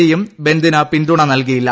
ഡിയും ബന്ദിന് പിൻതുണ നൽകിയില്ല